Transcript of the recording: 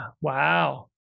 Wow